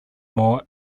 more